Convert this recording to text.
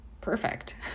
perfect